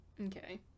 Okay